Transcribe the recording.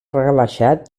rebaixat